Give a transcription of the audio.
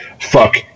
Fuck